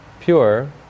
pure